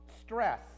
stress